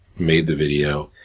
made the video,